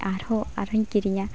ᱟᱨᱦᱚᱸ ᱟᱨᱦᱚᱸᱭ ᱠᱤᱨᱤᱧᱟ